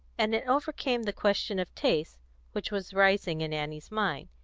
and it overcame the question of taste which was rising in annie's mind.